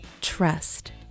trust